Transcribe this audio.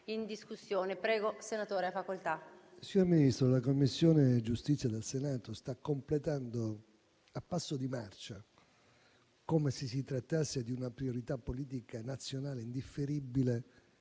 una nuova finestra") *(M5S)*. Signor Ministro, la Commissione giustizia del Senato sta completando a passo di marcia, come se si trattasse di una priorità politica nazionale indifferibile,